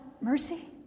Mercy